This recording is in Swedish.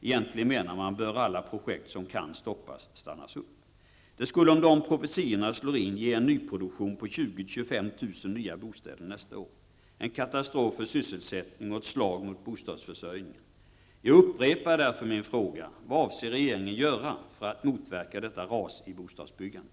Egentligen bör alla projekt som kan stoppas, stannas upp. Om dessa profetior slår in, skulle det ge en nyproduktion på 20 000--25 000 nya bostäder nästa år. Det är en katastrof för sysselsättningen och ett slag mot bostadsförsörjningen. Jag upprepar därför min fråga. Vad avser regeringen att göra för att motverka detta ras i bostadsbyggandet?